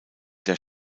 der